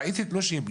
ראיתי תלושים,